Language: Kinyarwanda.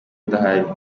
adahari